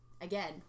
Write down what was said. Again